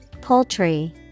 Poultry